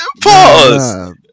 Pause